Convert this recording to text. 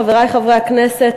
חברי חברי הכנסת,